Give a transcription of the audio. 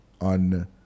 on